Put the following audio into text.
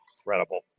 incredible